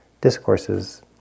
discourses